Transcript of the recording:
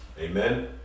Amen